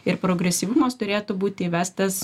ir progresyvumas turėtų būti įvestas